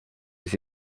aux